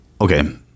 Okay